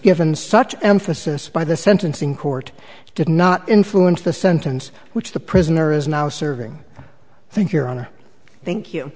given such emphasis by the sentencing court did not influence the sentence which the prisoner is now serving thank your honor thank you